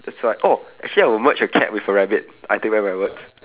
that's why oh actually I'll merge a cat with a rabbit I take back my words